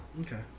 Okay